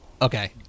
Okay